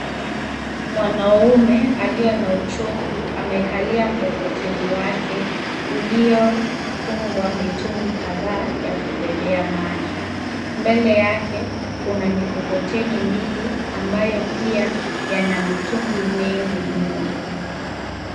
Mwanaume aliye na uchovu amekalia mkokoteni wake, uliofungwa mitungi kadhaa ya kubebea maji. Mbele yake kuna mikokoteni mbili ambayo pia yana mitungi mengi mno.